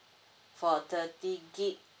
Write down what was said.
for thirty gigabyte